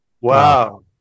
wow